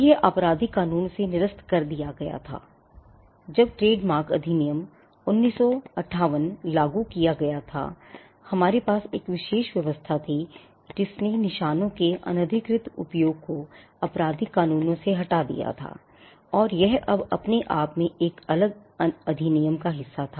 यह आपराधिक कानूनों से निरस्त कर दिया गया था जब ट्रेडमार्क अधिनियम 1958 लागू किया गया थातो हमारे पास एक विशेष व्यवस्था थी जिसने निशानों के अनधिकृत उपयोग को आपराधिक क़ानूनों से हटा दिया था और यह अपने आप में एक अलग अधिनियम का हिस्सा था